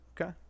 okay